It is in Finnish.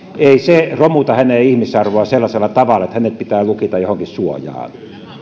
ei romuta hänen ihmisarvoaan sellaisella tavalla että hänet pitää lukita johonkin suojaan